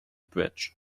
bridge